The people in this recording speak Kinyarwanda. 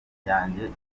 yanjye